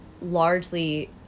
largely